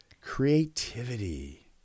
creativity